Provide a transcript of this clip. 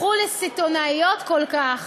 הפכו לסיטונאיות כל כך,